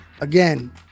again